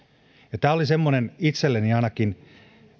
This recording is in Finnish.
tämä oli itselleni ainakin semmoinen